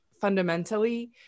fundamentally